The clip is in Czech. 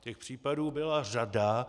Těch případů byla řada.